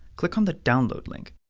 click on the download link.